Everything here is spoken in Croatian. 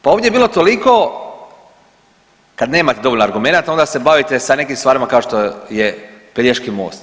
Pa ovdje je bilo toliko, kad nemate dovoljno argumenata, onda se bavite sa neki stvarima kao što je Pelješki most.